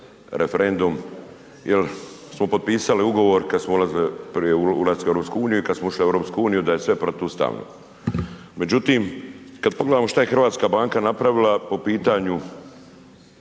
referendum jer smo potpisali ugovor kad smo ulazili prije ulaska u EU i kad smo ušli u EU, da je sve protuustavno. Međutim, kad pogledamo šta je Hrvatska banka napravila po pitanju